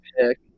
pick